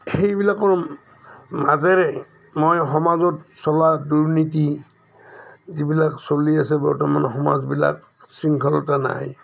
সেইবিলাকৰ মাজেৰে মই সমাজত চলা দুৰ্নীতি যিবিলাক চলি আছে বৰ্তমান সমাজবিলাক শৃংখলতা নাই